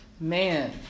Man